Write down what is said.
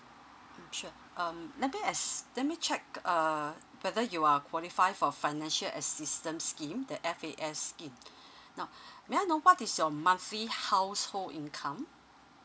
mm sure um let me as~ let me check uh whether you are qualify for financial assistance scheme the F_A_S scheme now may I know what is your monthly household income